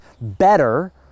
better